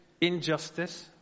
injustice